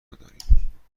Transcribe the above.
بداریم